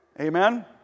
Amen